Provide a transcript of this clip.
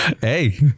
Hey